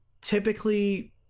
typically –